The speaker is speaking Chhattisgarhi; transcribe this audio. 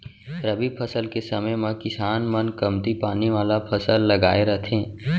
रबी फसल के समे म किसान मन कमती पानी वाला फसल लगाए रथें